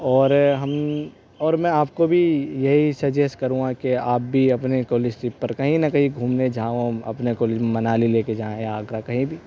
اور ہم اور میں آپ کو بھی یہی سجیسٹ کروں گا کہ آپ بھی اپنے کالج ٹرپ پر کہیں نہ کہیں گھومنے جاؤ اپنے کالج منالی لے کے جائیں یا آگرہ کہیں بھی